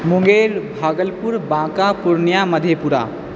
Munger Bhagalpur Banka Purnia Madhepura